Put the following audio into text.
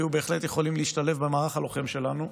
היו בהחלט יכולים להשתלב במערך הלוחם שלנו.